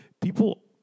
people